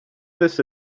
this